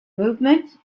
movement